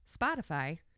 Spotify